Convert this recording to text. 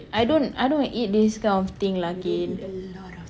I don't I don't eat this kind of thing lah okay